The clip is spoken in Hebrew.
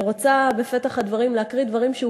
אני רוצה בפתח הדברים להקריא דברים שהוא